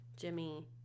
Jimmy